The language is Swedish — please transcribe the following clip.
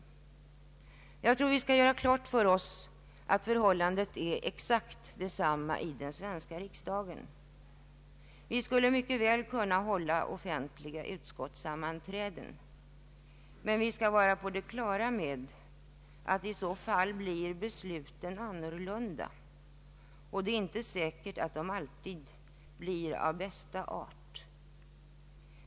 Jag tror vi skall göra klart för oss att förhållandet är exakt detsamma i den svenska riksdagen. Vi skulle mycket väl kunna hålla offentliga utskottssammanträden, men vi skall vara på det klara med, att i så fall blir besluten annorlunda. Det är inte säkert att de alltid blir av bästa art.